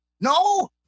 No